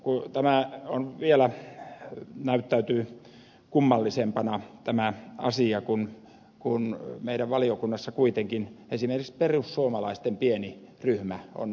tämä asia näyttäytyy vielä kummallisempana kun meidän valiokunnassamme kuitenkin esimerkiksi perussuomalaisten pieni ryhmä on edustettuna